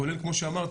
כולל כמו שאמרתי,